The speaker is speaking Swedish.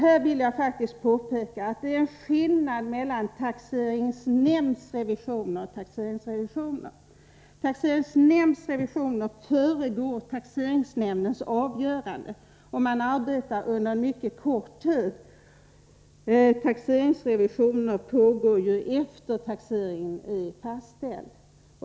; Här vill jag faktiskt påpeka att det är en skillnad mellan taxeringsnämndsrevisioner och taxeringsrevisioner. Taxeringsnämndsrevisioner föregår taxeringsnämndens avgörande, och man arbetar under en mycket kort tid. Taxeringsrevisioner genomförs efter det att taxeringen är fastställd.